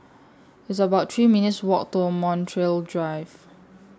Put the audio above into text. It's about three minutes' Walk to Montreal Drive